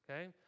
okay